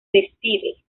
decide